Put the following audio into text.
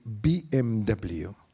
BMW